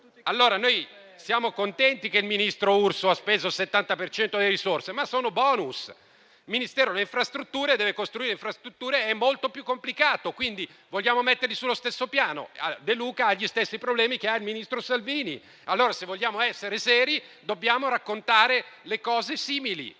Noi siamo contenti che il ministro Urso abbia speso il 70 per cento delle risorse, ma sono *bonus*. Il Ministero delle infrastrutture deve costruire infrastrutture ed è molto più complicato. Vogliamo metterli sullo stesso piano? De Luca ha gli stessi problemi che ha il ministro Salvini. Allora, se vogliamo essere seri, dobbiamo raccontare le cose in